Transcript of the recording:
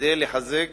כדי לחזק